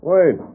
Wait